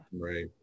Right